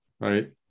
right